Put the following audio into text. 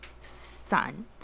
sun